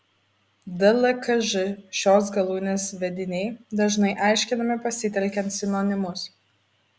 dlkž šios galūnės vediniai dažnai aiškinami pasitelkiant sinonimus